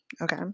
okay